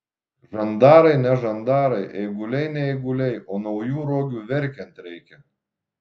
žandarai ne žandarai eiguliai ne eiguliai o naujų rogių verkiant reikia